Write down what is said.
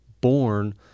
born